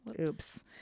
oops